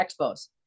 expos